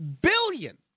billion